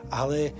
ale